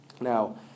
Now